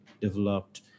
developed